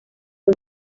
dos